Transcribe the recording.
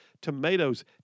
tomatoes